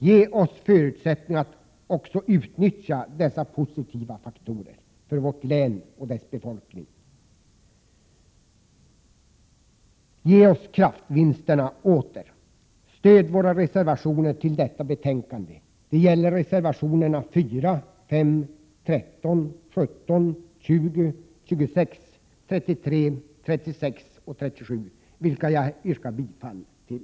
Ge oss förutsättningar för att också utnyttja dessa positiva faktorer för vårt län och dess befolkning! Ge oss kraftverksvinsterna åter! Stöd våra reservationer till detta betänkande! Det gäller reservationerna 4, 5, 13, 17, 20, 26, 33, 36 och 37, vilka jag yrkar bifall till.